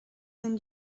than